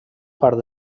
part